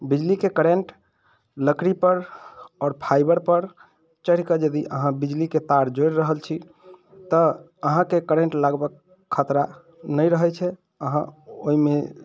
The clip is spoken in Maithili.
बिजलीके करेन्ट लकड़ी पर आओर फाइवर पर चढ़िकऽ यदि अहाँ बिजलीके तार जोड़ि रहल छी तऽ अहाँकेँ करेन्ट लगबाक खतरा नहि रहैत छै अहाँ ओहिमे